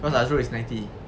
cause azrul is ninety